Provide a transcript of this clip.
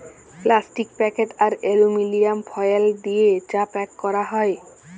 plastic packet আর aluminium foil দিয়ে চা প্যাক ক্যরা যায়